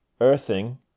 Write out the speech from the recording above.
Earthing